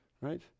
right